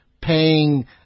paying